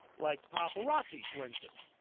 like paparazzi for instance,